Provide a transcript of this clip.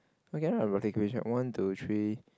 one two three